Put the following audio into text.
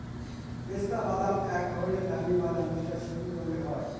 পেস্তা বাদাম এক ধরনের দামি বাদাম যেটা সবুজ রঙের হয়